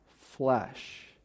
flesh